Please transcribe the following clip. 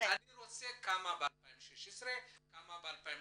אני רוצה לדעת כמה ב-2016, כמה ב-2017,